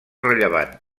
rellevant